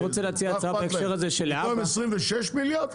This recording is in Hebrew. במקום 26 מיליארד,